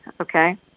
okay